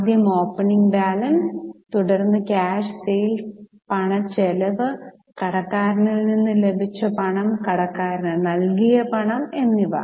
ആദ്യം opening balance തുടർന്ന് cash sales പിന്നെ പണച്ചെലവ് കടക്കാരനിൽ നിന്ന് ലഭിച്ച പണം കടക്കാരന് നൽകിയ പണം എന്നിവ